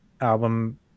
album